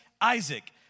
Isaac